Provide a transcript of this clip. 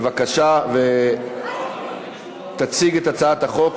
בבקשה, תציגי את הצעת החוק.